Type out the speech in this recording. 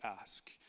ask